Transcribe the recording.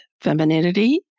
femininity